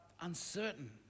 uncertain